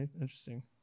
Interesting